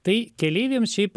tai keleiviams šiaip